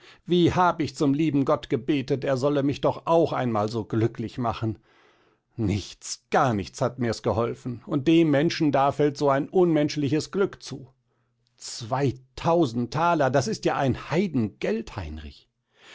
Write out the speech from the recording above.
wie hab ich zum lieben gott gebetet er solle mich doch auch einmal so glücklich machen nichts gar nichts hat mir's geholfen und dem menschen da fällt so ein unmenschliches glück zu zweitausend thaler das ist ja ein heidengeld heinrich